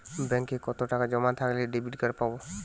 ব্যাঙ্কে কতটাকা জমা থাকলে ডেবিটকার্ড পাব?